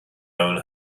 own